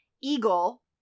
Eagle